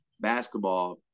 basketball